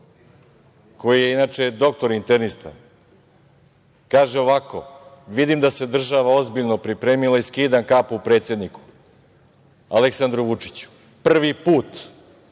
koji je inače doktor internista, kaže ovako – vidim da se država ozbiljno pripremila i skidam kapu predsedniku Aleksandru Vučiću. Prvi put